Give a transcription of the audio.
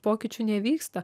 pokyčių nevyksta